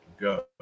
go